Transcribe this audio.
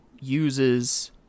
uses